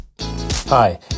Hi